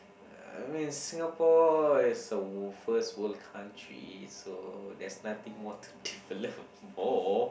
I mean Singapore is a w~ first world country so there's nothing more to develop for